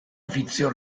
vizio